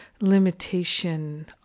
limitation